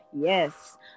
yes